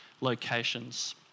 locations